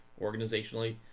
organizationally